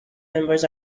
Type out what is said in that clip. members